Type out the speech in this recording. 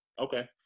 Okay